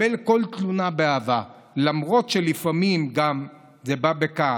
ולקבל כל תלונה באהבה למרות שלפעמים זה גם בא בכעס.